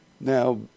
Now